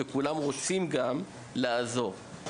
שרוצים גם לעזור.